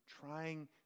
trying